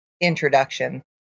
introduction